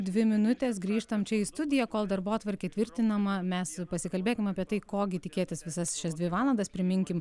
dvi minutės grįžtam čia į studiją kol darbotvarkė tvirtinama mes pasikalbėkim apie tai ko gi tikėtis visas šias dvi valandas priminkim